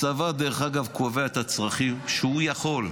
דרך אגב, הצבא קובע את הצרכים לפי מה שהוא יכול.